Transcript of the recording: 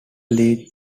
lead